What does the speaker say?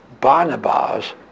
Barnabas